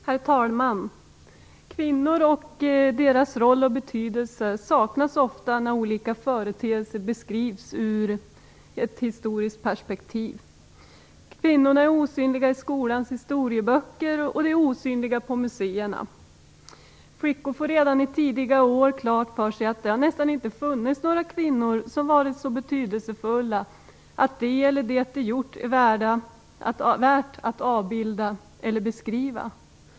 Herr talman! Kvinnor och deras roll och betydelse saknas ofta när olika företeelser beskrivs ur ett historiskt perspektiv. Kvinnorna är osynliga i skolans historieböcker, och de är osynliga på museerna. Flickor får redan i tidiga år klart för sig att det nästan inte har funnits några kvinnor som har varit så betydelsefulla att de eller det de har gjort är värt att avbilda eller beskriva.